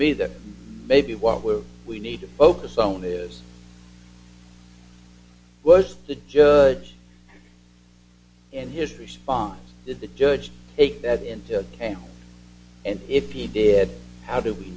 me that maybe where we need to focus on this was the judge and his response to the judge take that into account and if he did how do we